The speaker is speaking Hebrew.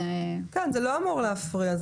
זה לא אמור להפריע.